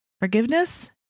Forgiveness